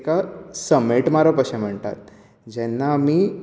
तेका समॅट मारप अशें म्हणटात जेन्ना आमी